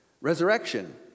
Resurrection